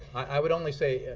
i would only say